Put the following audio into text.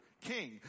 king